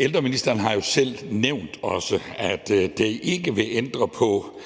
Ældreministeren har jo selv nævnt, at det ikke vil ændre på